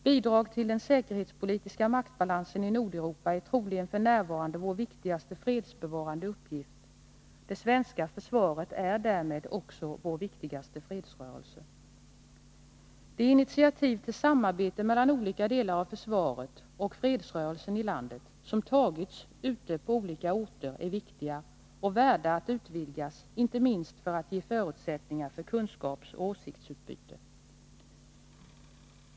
Bidragandet till den säkerhetspolitiska maktbalansen i Nordeuropa är troligen f. n. vår viktigaste fredsbevarande uppgift. Det svenska försvaret är därmed också vår viktigaste fredsrörelse. De initiativ till samarbete mellan olika delar av försvaret och fredsrörelsen i landet som tagits ute på olika orter är viktiga och värda att utvidgas, inte minst för att ge förutsättningar för kunskapsoch åsiktsutbyte.